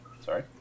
Sorry